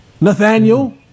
Nathaniel